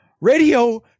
Radio